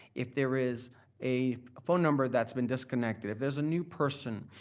if there is a phone number that's been disconnected, if there's a new person